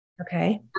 Okay